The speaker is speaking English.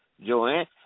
Joanne